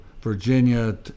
Virginia